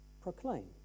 proclaim